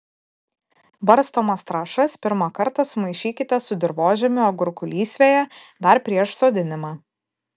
barstomas trąšas pirmą kartą sumaišykite su dirvožemiu agurkų lysvėje dar prieš sodinimą